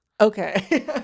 okay